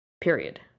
period